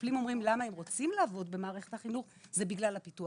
שכשמטפלים אומרים למה הם רוצים לעבוד במערכת החינוך זה בגלל הפיתוח